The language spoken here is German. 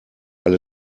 alle